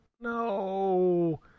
No